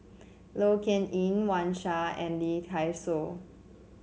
Low Yen Ling Wang Sha and Lee Dai Soh